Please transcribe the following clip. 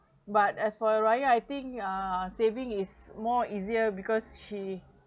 but as for raya I think uh saving is more easier because she